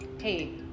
hey